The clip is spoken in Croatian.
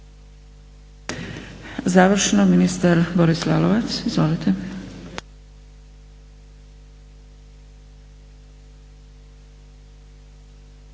Završno ministar Boris Lalovac, izvolite.